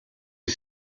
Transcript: est